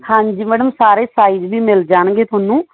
ਹਾਂਜੀ ਮੈਡਮ ਸਾਰੇ ਸਾਈਜ਼ ਵੀ ਮਿਲ ਜਾਣਗੇ ਤੁਹਾਨੂੰ